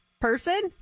person